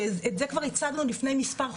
ואת זה כבר הצגנו עוד לפני מספר חודשים,